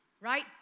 right